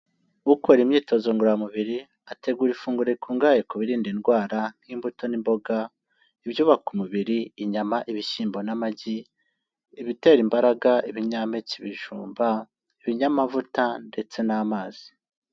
Ukora imyitozo ngororamubiri ategura ifunguro rikungahaye ku birinda indwara nk'imbuto n'imboga ibyuyubaka umubiri inyama ibishyimbo n'amagi ibitera imbaraga ibinyampeke ibijumba ibinyamavuta ndetse n'amazi.